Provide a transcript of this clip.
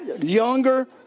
younger